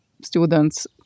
students